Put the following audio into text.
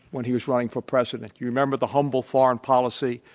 when he was running for president. you remember the humble foreign policy.